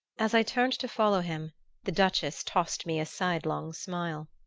as i turned to follow him the duchess tossed me a sidelong smile.